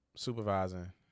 Supervising